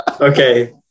Okay